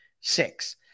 six